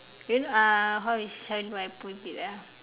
you know uh how is how do I put it ah